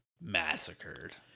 massacred